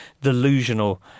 delusional